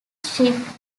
shifted